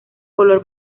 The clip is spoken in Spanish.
color